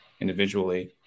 individually